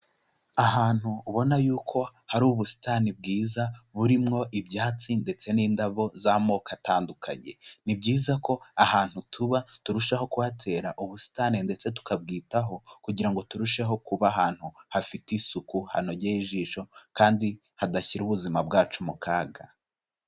Ahantu ubona yuko hari ubusitani bwiza burimo ibyatsi ndetse n'indabo z'amoko atandukanye. Ni byiza ko ahantu tuba turushaho kuhatera ubusitani ndetse tukabwitaho kugira ngo turusheho kuba ahantu hafite isuku, hanogeye ijisho kandi hadashyira ubuzima bwacu mu kaga.